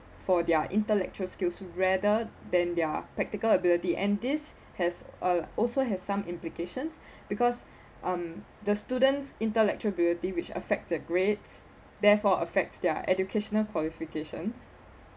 for their intellectual skills rather than their practical ability and this has uh also has some implications because um the student's intellectual ability which affects the grades therefore affects their educational qualifications